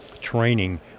training